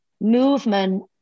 movement